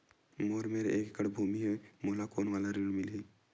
मोर मेर एक एकड़ भुमि हे मोला कोन वाला ऋण मिलही?